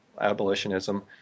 abolitionism